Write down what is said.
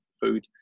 food